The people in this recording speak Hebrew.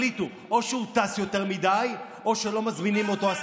אז תחליטו: או שהוא טס יותר מדי או שלא מזמינים אותו.